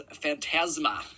Phantasma